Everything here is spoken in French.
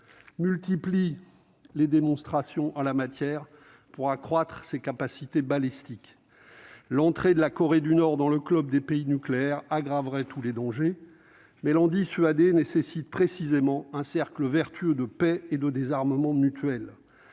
multiplie les démonstrations en la matière et augmente ses capacités balistiques. L'entrée de la Corée du Nord dans le club des pays nucléaires accroîtrait tous les dangers, mais toute tentative de dissuasion nécessiterait un cercle vertueux de paix et de désarmement mutuel.